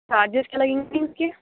charges کیا لگیں گے اس کے